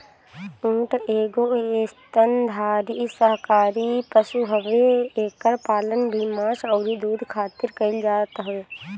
ऊँट एगो स्तनधारी शाकाहारी पशु हवे एकर पालन भी मांस अउरी दूध खारित कईल जात हवे